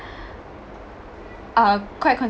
uh quite